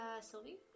Sylvie